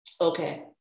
Okay